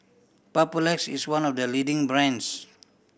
papulex is one of the leading brands